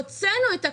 הוצאנו את הכול,